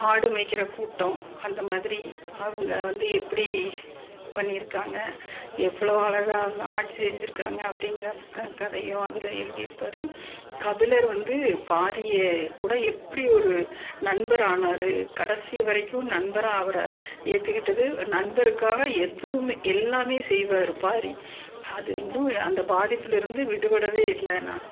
ஆடு மேய்க்கிற கூட்டம் அந்தமாதிரி அவங்க வந்து எப்படி பண்ணியிருக்காங்க எவ்வளோ அழகாக அந்த ஆட்சி செஞ்சுருக்காங்க அப்படிங்கிற கதையும் அதில் எழுதியிருப்பாரு கபிலர் வந்து பாரி கூட எப்படி ஒரு நண்பர் ஆனார் கடைசி வரைக்கும் நண்பராக அவரை ஏற்றுக்கிட்டது நண்பருக்காக எதுவும் எல்லாம் செய்வார் பாரி அது இன்னும் அந்த பாதிப்புலேருந்து விடுபடவே இல்லை நான்